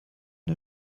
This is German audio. der